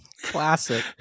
classic